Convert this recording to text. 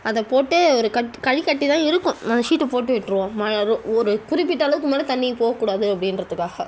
அதைபோட்டு ஒரு கட்டு கயிறு கட்டி தான் இருக்கும் நாங்கள் ஷீட்டு போட்டு விட்டுருவோம் ஒரு குறிப்பிட்ட அளவுக்கு மேலே தண்ணியும் போகக்கூடாது அப்படின்றத்துக்காக